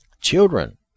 Children